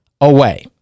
away